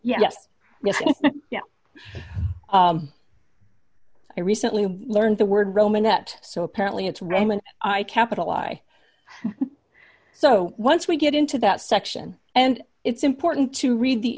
level yes yes no i recently learned the word roman that so apparently it's raymond i capitalized so once we get into that section and it's important to read the